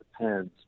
depends